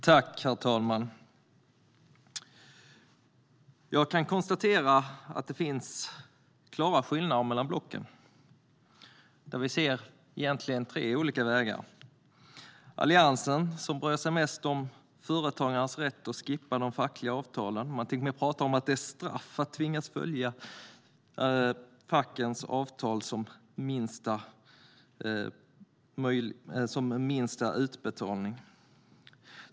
Herr talman! Jag kan konstatera att det finns klara skillnader mellan blocken. Man kan se tre olika vägar. Alliansen bryr sig mest om företagarnas rätt att skippa de fackliga avtalen. Man pratar till och med om att det är ett straff att tvingas att följa fackens avtal som lägsta nivå.